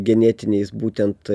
genetiniais būtent